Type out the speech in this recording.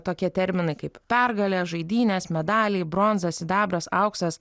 tokie terminai kaip pergalė žaidynės medaliai bronza sidabras auksas